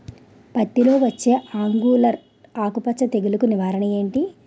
పత్తి లో వచ్చే ఆంగులర్ ఆకు మచ్చ తెగులు కు నివారణ ఎంటి?